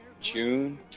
June